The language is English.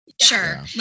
Sure